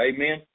Amen